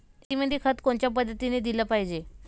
शेतीमंदी खत कोनच्या पद्धतीने देलं पाहिजे?